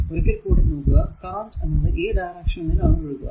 ഒരിക്കൽ കൂടെ നോക്കുക കറന്റ് എന്നത് ഈ ഡയറക്ഷനിൽ ആണ് ഒഴുകുക